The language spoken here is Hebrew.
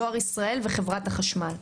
דואר ישראל וחברת החשמל.